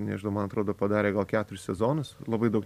nežinau man atrodo padarė gal keturis sezonus labai daug